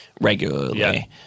regularly